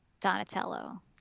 Donatello